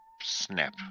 snap